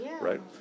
Right